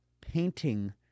painting